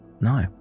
No